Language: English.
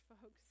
folks